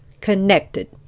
connected